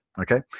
okay